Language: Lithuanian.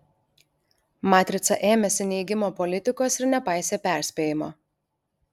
matrica ėmėsi neigimo politikos ir nepaisė perspėjimo